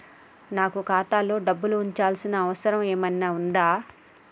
నాకు ఖాతాలో డబ్బులు ఉంచాల్సిన అవసరం ఏమన్నా ఉందా?